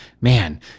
man